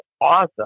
awesome